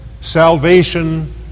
salvation